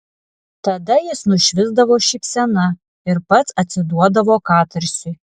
tada jis nušvisdavo šypsena ir pats atsiduodavo katarsiui